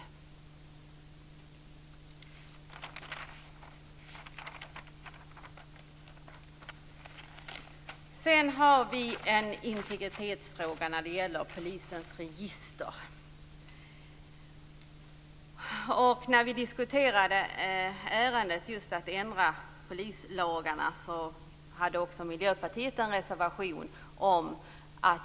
Jag skall också ta upp en integritetsfråga när det gäller polisens register. När vi diskuterade att ändra polislagarna hade Miljöpartiet en reservation.